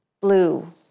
blue